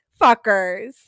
fuckers